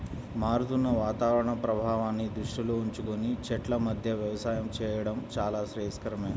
మారుతున్న వాతావరణ ప్రభావాన్ని దృష్టిలో ఉంచుకొని చెట్ల మధ్య వ్యవసాయం చేయడం చాలా శ్రేయస్కరమే